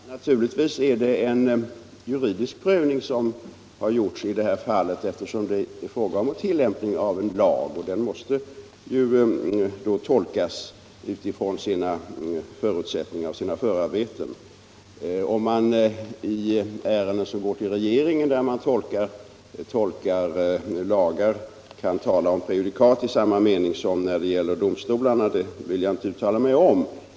Herr talman! Naturligtvis är det en juridisk prövning som har gjorts inom departementet i detta fall, eftersom det är fråga om tillämpningen av en lag. Den måste ju tolkas utifrån sina förutsättningar och förarbeten. Om det kan anses föreligga ett prejudikat i ärenden som prövas av regeringen i samma mening som när det gäller domstolar vill jag inte uttala mig om.